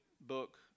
book